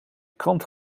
krant